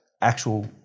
actual